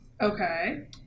Okay